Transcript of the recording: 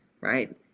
right